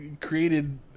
created